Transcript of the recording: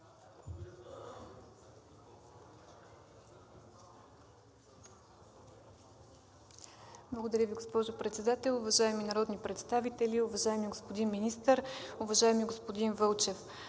Благодаря ви, госпожо Председател. Уважаеми народни представители, уважаеми господин Министър, уважаеми господин Вълчев!